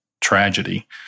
tragedy